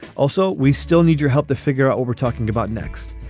also, we still need your help to figure out overtalking about next.